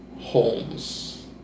Holmes